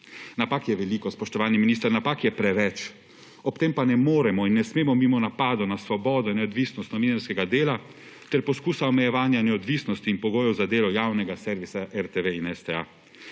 Napak je veliko, spoštovani minister, napak je preveč! Ob tem pa ne moremo in ne smemo mimo napadov na svobodo in neodvisnost namenskega dela ter poskusa omejevanja neodvisnosti in pogojev za delo javnega servisa RTV in STA.